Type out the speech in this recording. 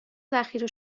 ذخیره